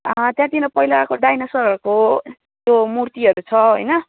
त्यहाँतिर पहिलाको डाइनासोरसहरूको त्यो मूर्तिहरू छ होइन